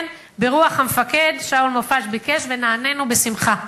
כן, ברוח המפקד, שאול מופז ביקש ונענינו בשמחה.